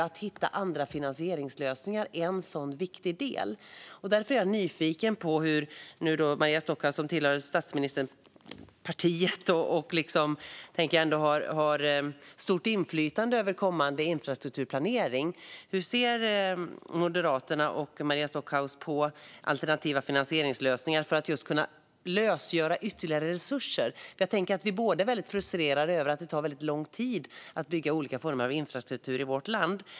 Att hitta andra finansieringslösningar är ju en viktig del för att använda skattepengar effektivt. Maria Stockhaus tillhör statsministerns parti och har, tror jag, stort inflytande över kommande infrastrukturplanering. Hur ser Moderaterna och Maria Stockhaus på alternativa finansieringslösningar för att kunna lösgöra ytterligare resurser? Både Maria Stockhaus och jag är frustrerade över att det tar väldigt lång tid att bygga olika former av infrastruktur i vårt land.